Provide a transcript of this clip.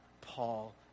Paul